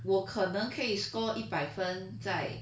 我可能可以 score 一百分在